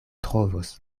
trovos